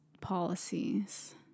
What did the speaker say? policies